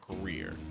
career